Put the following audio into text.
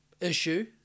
issue